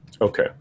Okay